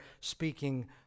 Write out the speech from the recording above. speaking